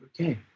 okay